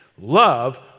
Love